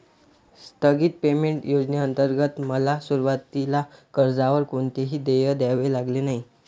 स्थगित पेमेंट योजनेंतर्गत मला सुरुवातीला कर्जावर कोणतेही देय द्यावे लागले नाही